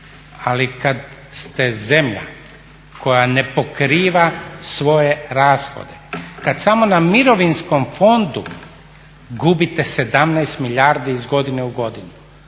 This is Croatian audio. Ali kad ste zemlja koja ne pokriva svoje rashode, kad samo na mirovinskom fondu gubite 17 milijardi iz godine u godinu,